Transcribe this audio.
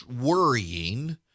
worrying